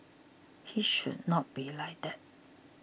he should not be like that